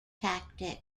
tactics